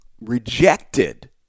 rejected